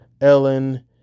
Ellen